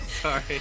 sorry